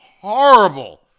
horrible